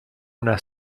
una